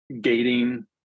gating